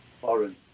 foreign